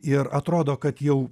ir atrodo kad jau